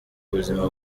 buzima